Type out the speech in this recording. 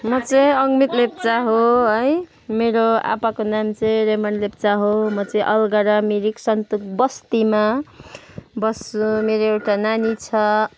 म चाहिँ अङ्मित लेप्चा हो है मेरो आप्पाको नाम चाहिँ रेमन लेप्चा हो म चाहिँ अल्गडा मिरिक सन्तुक बस्तीमा बस्छु मेरो एउटा नानी छ